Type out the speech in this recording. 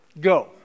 go